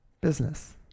business